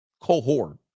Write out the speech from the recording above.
cohort